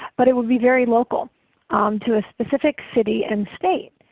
but it would be very local to a specific city and state,